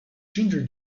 ginger